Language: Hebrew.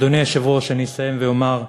אדוני היושב-ראש, אסיים ואומר: